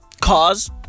Cause